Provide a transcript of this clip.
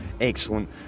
excellent